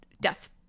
death